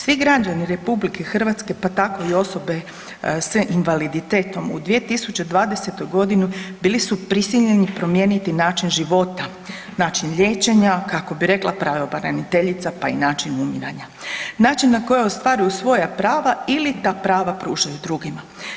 Svi građani RH pa tako i osobe s invaliditetom u 2020. godini bili su prisiljeni promijeniti način života, način liječenja, kako bi rekla pravobraniteljica pa i način umiranja, način na koji ostvaruju svoja prava ili ta prava pružaju drugima.